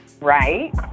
Right